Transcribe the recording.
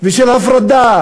ושל הפרדה,